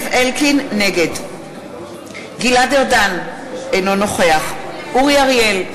נגד גלעד ארדן, אינו נוכח אורי אריאל,